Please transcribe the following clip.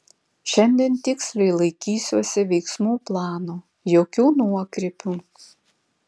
šiandien tiksliai laikysiuosi veiksmų plano jokių nuokrypių